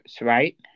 right